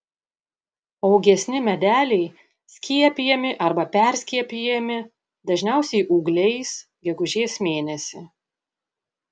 augesni medeliai skiepijami arba perskiepijami dažniausiai ūgliais gegužės mėnesį